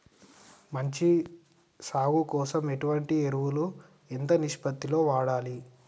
మంచి సాగు కోసం ఎటువంటి ఎరువులు ఎంత నిష్పత్తి లో వాడాలి?